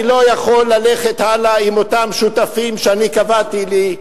אני לא יכול ללכת הלאה עם אותם שותפים שאני קבעתי לי,